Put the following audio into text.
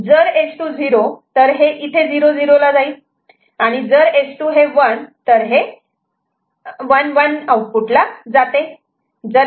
जर S2 0 तर हे इथे 00 ला जाईल जर S2 1 तर हे 11 आऊटपुटला जाते